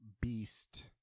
beast